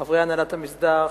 חברי הנהלת המסדר,